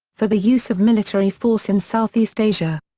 for the use of military force in southeast asia.